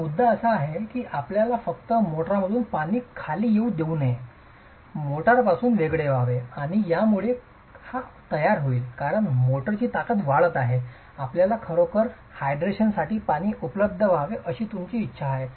तर मुद्दा असा आहे की आपल्याला फक्त मोर्टारपासून पाणी खाली येऊ देऊ नये मोर्टारपासून वेगळे व्हावे आणि यामुळे हा तयार होईल कारण मोर्टारची ताकद वाढत आहे आपल्याला खरोखर हायड्रेशनसाठी पाणी उपलब्ध व्हावे अशी तुमची इच्छा आहे